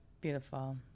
Beautiful